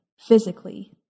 physically